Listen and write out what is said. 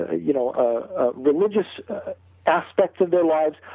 ah you know religious aspect of their lives,